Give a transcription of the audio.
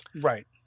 Right